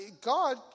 God